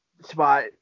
spot